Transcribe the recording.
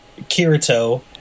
Kirito –